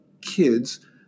kids